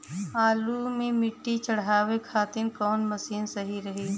आलू मे मिट्टी चढ़ावे खातिन कवन मशीन सही रही?